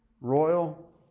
royal